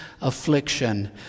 affliction